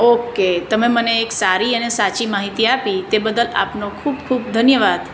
okay તમે મને એક સારી અને સાચી માહિતી આપી તે બદલ આપનો ખૂબ ખૂબ ધન્યવાદ